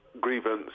grievance